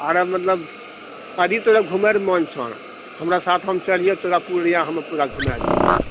आर मतलब यदि तोरा घुमैके मोन छौ हमरा साथ हम चलिहऽ तोरा पूर्णिया हम पूरा घुमाए देबऽ